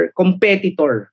competitor